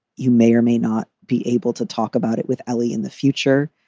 you may or may not be able to talk about it with ellie in the future.